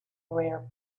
rare